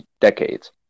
decades